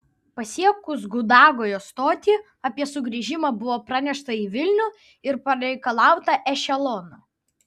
pasiekus gudagojo stotį apie sugrįžimą buvo pranešta į vilnių ir pareikalauta ešelono